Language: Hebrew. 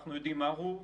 אנחנו עושים תרגול שנתי,